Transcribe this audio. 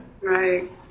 Right